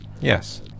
Yes